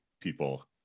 people